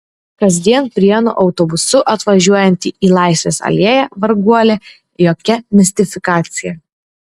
kasdien prienų autobusu atvažiuojanti į laisvės alėją varguolė jokia mistifikacija